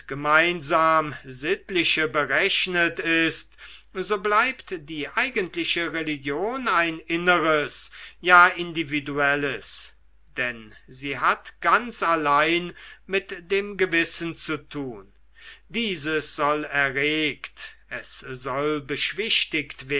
gemeinsam sittliche berechnet ist so bleibt die eigentliche religion ein inneres ja individuelles denn sie hat ganz allein mit dem gewissen zu tun dieses soll erregt soll beschwichtigt